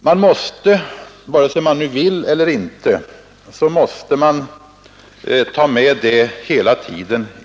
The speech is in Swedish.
Man måste vare sig man vill eller inte ta med den i bilden hela tiden.